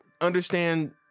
understand